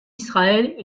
israel